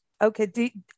okay